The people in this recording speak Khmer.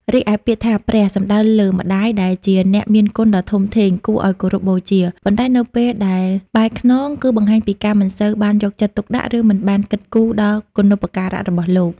រីឯពាក្យថា "ព្រះ" សំដៅលើម្ដាយ ដែលជាអ្នកមានគុណដ៏ធំធេង គួរឲ្យគោរពបូជា ប៉ុន្តែនៅពេលដែល "បែរខ្នង" គឺបង្ហាញពីការមិនសូវបានយកចិត្តទុកដាក់ ឬមិនបានគិតគូរដល់គុណូបការៈរបស់លោក។